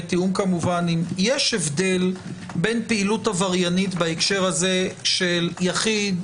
שיש הבדל בין פעילות עבריינית בהקשר הזה של יחיד,